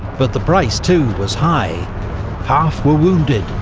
but the price, too, was high half were wounded,